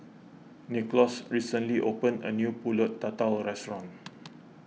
Nicklaus recently opened a new Pulut Tatal restaurant